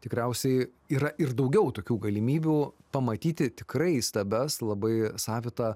tikriausiai yra ir daugiau tokių galimybių pamatyti tikrai įstabias labai savitą